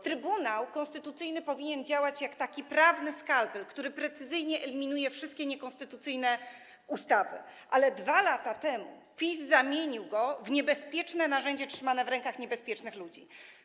Trybunał Konstytucyjny powinien działać jak prawny skalpel, który precyzyjnie eliminuje wszystkie niekonstytucyjne ustawy, ale 2 lata temu PiS zamienił go w niebezpieczne narzędzie trzymane w rękach niebezpiecznych ludzi.